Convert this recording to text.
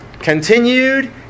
continued